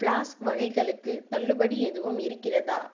flask வகைகளுக்கு தள்ளுபடி எதுவும் இருக்கிறதா